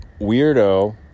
weirdo